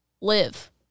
live